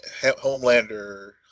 Homelander